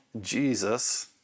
Jesus